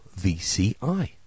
VCI